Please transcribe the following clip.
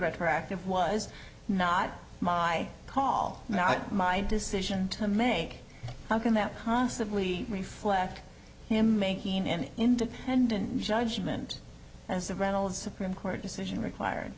retroactive was not my call not my decision to make how can that possibly reflect him making any independent judgment as the grand old supreme court decision required